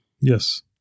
Yes